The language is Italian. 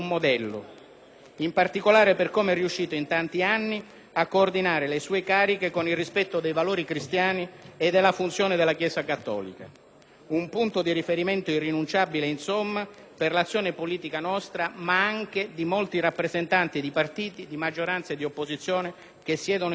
in particolare, per com'è riuscito in tanti anni a coordinare le sue cariche con il rispetto dei valori cristiani e della funzione della Chiesa cattolica. Un punto di riferimento irrinunciabile, insomma, per l'azione politica nostra, ma anche di molti rappresentanti di partiti di maggioranza e di opposizione che siedono in quest'Aula.